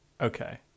Okay